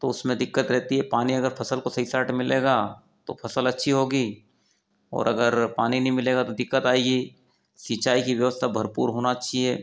तो उसमें दिक्कत रहती है पानी अगर फसल को सही से मिलेगा तो फसल अच्छी होगी और अगर पानी नहीं मिलेगा तो दिक्कत आएगी सिंचाई की व्यवस्था भरपूर होना चाहिए